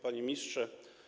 Panie Ministrze!